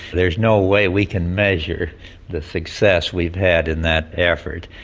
there is no way we can measure the success we've had in that effort.